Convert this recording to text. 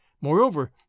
Moreover